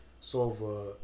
solve